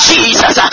Jesus